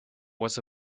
was